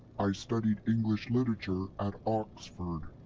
i studied english literature at oxford.